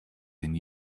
than